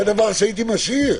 זה דבר שהייתי משאיר.